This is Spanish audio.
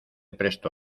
presto